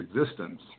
existence